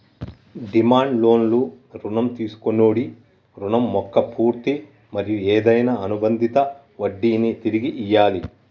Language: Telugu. డిమాండ్ లోన్లు రుణం తీసుకొన్నోడి రుణం మొక్క పూర్తి మరియు ఏదైనా అనుబందిత వడ్డినీ తిరిగి ఇయ్యాలి